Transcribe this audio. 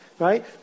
Right